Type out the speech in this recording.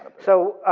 so